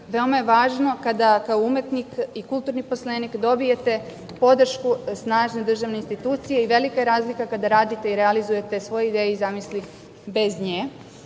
Veoma je važno kada kao umetnik i kulturni poslanik dobijete podršku snažne državne institucije i velika je razlika kada radite i realizujete svoje ideje i zamisli bez